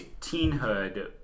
Teenhood